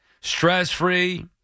Stress-free